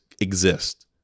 exist